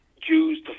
Jews